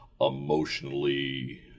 emotionally